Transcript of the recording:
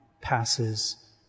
passes